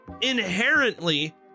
inherently